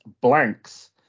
blanks